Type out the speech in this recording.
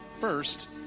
first